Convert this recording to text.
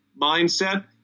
mindset